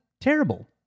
terrible